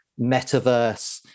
Metaverse